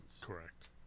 Correct